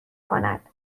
کند